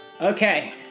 Okay